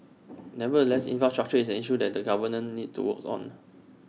nevertheless infrastructure is an issue that the government needs to work on